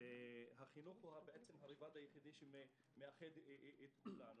והחינוך הוא הדבר היחיד שמאחד את כולנו.